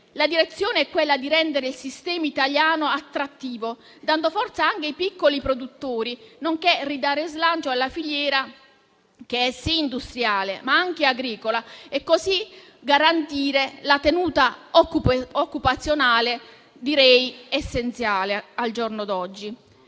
La direzione è rendere il sistema italiano attrattivo, dando forza anche ai piccoli produttori, nonché ridare slancio alla filiera, che è sì industriale, ma anche agricola, e così garantire la tenuta occupazionale, essenziale al giorno d'oggi.